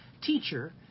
teacher